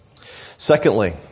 Secondly